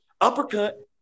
Uppercut